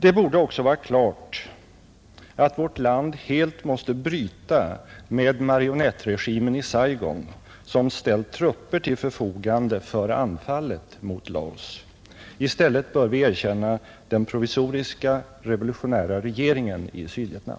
Det borde också vara klart att vårt land helt måste bryta med marionettregimen i Saigon, som ställt trupper till förfogande för anfallet mot Laos. I stället bör vi erkänna den provisoriska revolutionära regeringen i Sydvietnam.